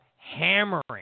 Hammering